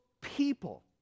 people